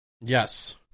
Yes